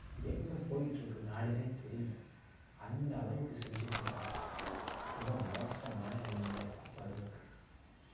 எங்கே போயிட்டு இருக்குது நாடுனே தெரியல அந்த அளவுக்கு செஞ்சு கொடுக்குறான் ரொம்ப மோசமான நிலமையில் சாப்பாடு இருக்குது